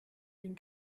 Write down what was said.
den